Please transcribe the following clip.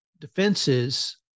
defenses